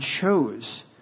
chose